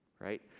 right